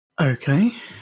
okay